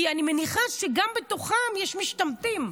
כי אני מניחה שגם בתוכם יש משתמטים.